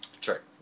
Sure